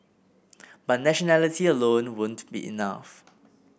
but nationality alone won't be enough